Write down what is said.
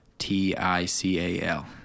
T-I-C-A-L